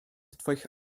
twoich